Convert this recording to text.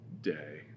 day